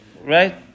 right